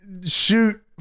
Shoot